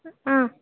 ಆಂ